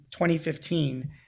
2015